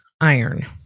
iron